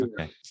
okay